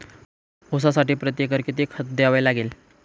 ऊसासाठी प्रतिएकर किती खत द्यावे लागेल?